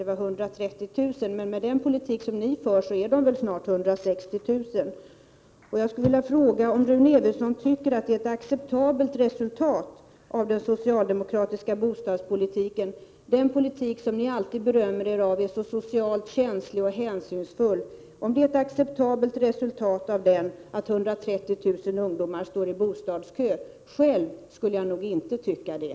Det var 130 000 ungdomar. Men med den politik som ni socialdemokrater för är de väl snart 160 000. Jag skulle vilja fråga om Rune Evensson tycker att detta är ett acceptabelt resultat av den socialdemokratiska bostadspolitiken — den politik som ni alltid berömmer för att vara socialt känslig och hänsynsfull. Är det ett acceptabelt resultat att 130 000 ungdomar står i bostadskö? Själv skulle jag inte våga tycka det!